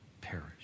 perish